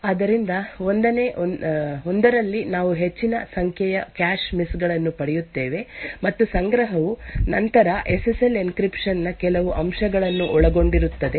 ಆದ್ದರಿಂದ 1 ನೇ ಒಂದರಲ್ಲಿ ನಾವು ಹೆಚ್ಚಿನ ಸಂಖ್ಯೆಯ ಕ್ಯಾಶ್ ಮಿಸ್ ಗಳನ್ನು ಪಡೆಯುತ್ತೇವೆ ಮತ್ತು ಸಂಗ್ರಹವು ನಂತರ ಎಸ್ ಎಸ್ ಎಲ್ ಎನ್ಕ್ರಿಪ್ಶನ್ ನ ಕೆಲವು ಅಂಶಗಳನ್ನು ಒಳಗೊಂಡಿರುತ್ತದೆ